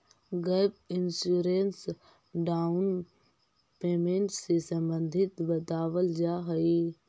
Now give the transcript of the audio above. gap insurance down payment से संबंधित बतावल जाऽ हई